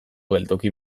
geltoki